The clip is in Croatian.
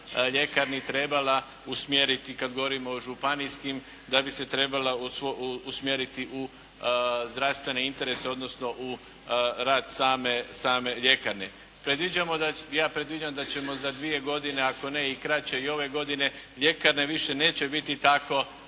ljekarni trebala usmjeriti kada govorimo o županijskim, da bi se trebala usmjeriti u zdravstveni interes, odnosno u rad same ljekarne. Ja predviđam da ćemo za dvije godine, ako ne i kraće i ove godine, ljekarne više neće biti tako